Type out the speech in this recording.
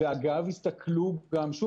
אגב ושוב,